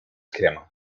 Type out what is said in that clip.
crema